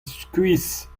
skuizh